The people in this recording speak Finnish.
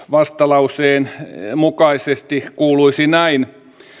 vastalauseen mukaisesti kuuluisi näin